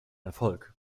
erfolg